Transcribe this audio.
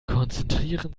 konzentrieren